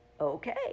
Okay